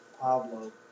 Pablo